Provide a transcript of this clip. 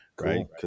Right